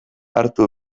hartu